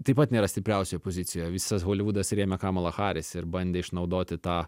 taip pat nėra stipriausioje pozicijoje visas holivudas rėmė kamalą haris ir bandė išnaudoti tą